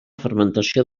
fermentació